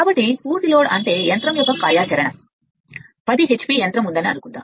కాబట్టి పూర్తి లోడ్ అంటేయంత్రం యొక్క కార్యాచరణ 10 h p యంత్రం ఉందని అనుకుందాం